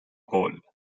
cole